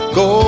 go